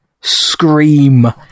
Scream